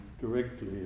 directly